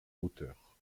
hauteurs